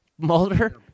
Mulder